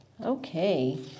Okay